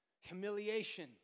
humiliation